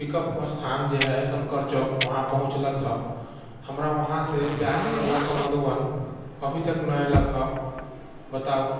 pickup स्थान जे हय शङ्कर चौक उहाँ पहुँचलक हँ हमरा उहाँ से जाइ के रहलक हँ मधुबन अभी तक नहि अयलक हँ बताउ